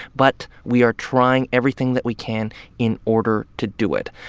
but we are trying everything that we can in order to do it.